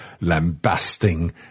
lambasting